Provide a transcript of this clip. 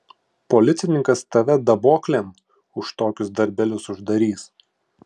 policininkas tave daboklėn už tokius darbelius uždarys